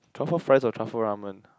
truffle fries or truffle ramen